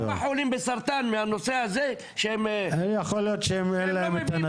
כמה חולים בסרטן מהנושא הזה שהם --- יכול להיות שאין להם את הנתון.